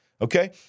Okay